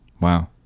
wow